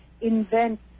Invent